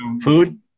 Food